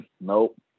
nope